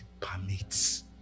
permits